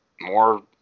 more